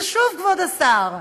ושוב, כבוד השר,